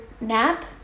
nap